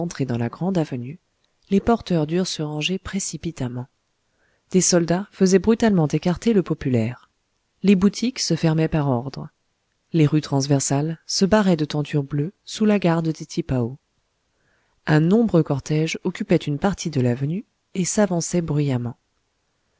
d'entrer dans la grande avenue les porteurs durent se ranger précipitamment des soldats faisaient brutalement écarter le populaire les boutiques se fermaient par ordre les rues transversales se barraient de tentures bleues sous la garde des tipaos un nombreux cortège occupait une partie de l'avenue et s'avançait bruyamment